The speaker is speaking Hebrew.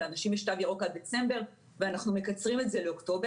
לאנשים יש תו ירוק עד דצמבר ואנחנו מקצרים את זה לאוקטובר.